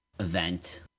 event